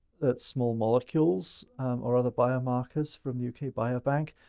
small molecules or other biomarkers from the u k. biobank.